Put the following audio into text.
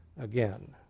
again